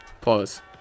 pause